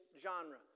genre